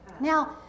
Now